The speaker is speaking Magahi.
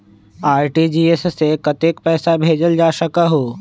आर.टी.जी.एस से कतेक पैसा भेजल जा सकहु???